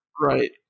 right